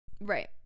Right